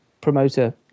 promoter